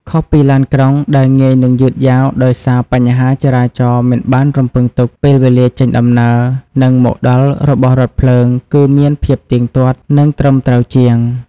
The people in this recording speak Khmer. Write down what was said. ខុសពីឡានក្រុងដែលងាយនឹងយឺតយ៉ាវដោយសារបញ្ហាចរាចរណ៍មិនបានរំពឹងទុក ពេលវេលាចេញដំណើរ និងមកដល់របស់រថភ្លើងគឺមានភាពទៀងទាត់ និងត្រឹមត្រូវជាង។